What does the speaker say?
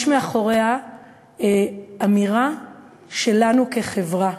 יש מאחוריה אמירה שלנו כחברה,